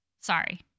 Sorry